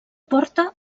porta